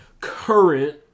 current